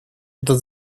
этот